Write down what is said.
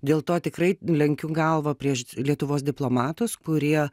dėl to tikrai lenkiu galvą prieš lietuvos diplomatus kurie